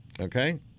Okay